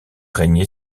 régné